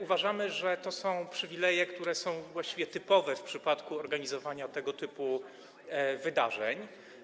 Uważamy, że to są przywileje, które są właściwie typowe w przypadku organizowania tego typu wydarzeń.